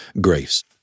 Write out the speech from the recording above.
grace